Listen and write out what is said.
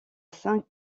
saint